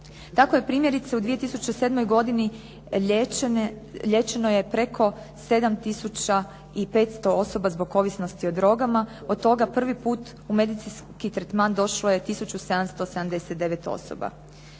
Tako je primjerice u 2007. godini liječeno je preko 7 tisuća i 500 osoba zbog ovisnosti o drogama. Od toga prvi put u medicinski tretman došlo je 1779 osoba.